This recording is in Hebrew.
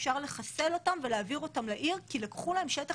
אפשר לחסל אותם ולהעביר אותם לעיר כי לקחו להם שטח